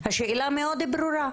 השאלה מאוד ברורה.